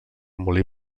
molí